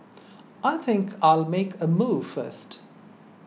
I think I'll make a move first